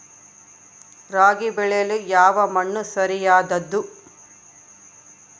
ರಾಗಿ ಬೆಳೆಯಲು ಯಾವ ಮಣ್ಣು ಸರಿಯಾದದ್ದು?